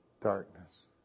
darkness